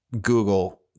Google